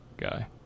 Guy